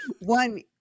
One